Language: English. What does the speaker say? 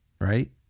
right